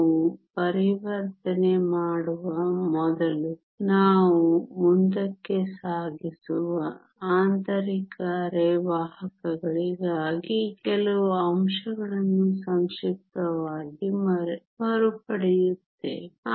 ನಾವು ಪರಿವರ್ತನೆ ಮಾಡುವ ಮೊದಲು ನಾವು ಮುಂದಕ್ಕೆ ಸಾಗಿಸುವ ಆಂತರಿಕ ಅರೆವಾಹಕಗಳಿಗಾಗಿ ಕೆಲವು ಅಂಶಗಳನ್ನು ಸಂಕ್ಷಿಪ್ತವಾಗಿ ಮರುಪಡೆಯುತ್ತೇನೆ